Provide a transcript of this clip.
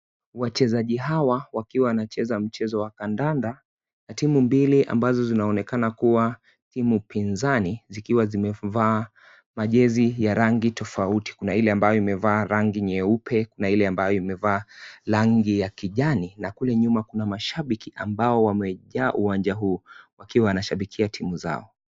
Wachezaji hawa wakiwa wanacheza mchezo wa kandanda, na timu mbili ambazo zinaonekana kuwa timu pizani zikiwa zimevaa majezi ya rangi tofauti. Kuna ile ambayo imevaa rangi nyeupe na ile ambayo imevaa rangi ya kijani na kule nyuma kuna mashabiki ambao wamejaa uwanja huo wakiwa wanashabikia timu zao.